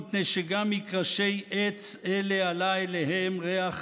מפני שגם מקרשי עץ אלה עלה אליהם ריח